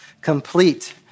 complete